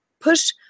push